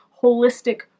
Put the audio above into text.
holistic